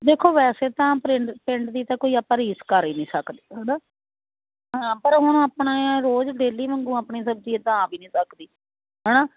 ਦੇਖੋ ਵੈਸੇ ਤਾਂ ਪਰਿੰਡ ਪਿੰਡ ਦੀ ਤਾਂ ਕੋਈ ਆਪਾਂ ਰੀਸ ਕਰ ਹੀ ਨਹੀਂ ਸਕਦੇ ਹੈ ਨਾ ਹਾਂ ਪਰ ਹੁਣ ਆਪਣਾ ਰੋਜ਼ ਡੇਲੀ ਵਾਂਗੂੰ ਆਪਣੀ ਸਬਜ਼ੀ ਇੱਦਾਂ ਆ ਵੀ ਨਹੀਂ ਸਕਦੀ ਹੈ ਨਾ